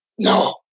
No